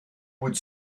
would